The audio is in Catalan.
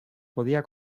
podia